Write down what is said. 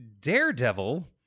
Daredevil